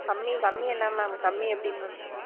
கம்மி கம்மி என்ன மேம் கம்மி எப்படி மேம்